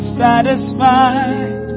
satisfied